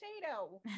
potato